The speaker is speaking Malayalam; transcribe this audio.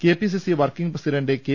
KPCC working president K